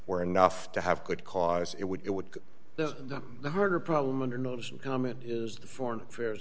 were enough to have good cause it would it would the harder problem under notice and comment is the foreign affairs